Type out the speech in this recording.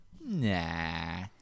nah